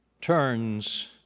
turns